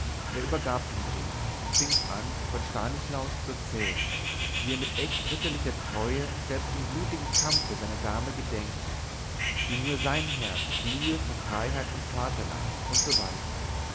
er übergab den brief und fing an von stanislaus zu erzählen wie er mit echt ritterlicher treue selbst im blutigen kampf seiner dame gedenke wie nur sein herz glühe für freiheit und vaterland usw